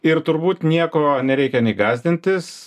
ir turbūt nieko nereikia gąsdintis